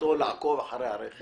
אחריותו לעקוב אחרי הרכב?